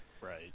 Right